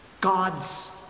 God's